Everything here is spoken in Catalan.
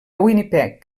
winnipeg